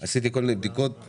עשיתי כל מיני בדיקות,